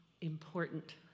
important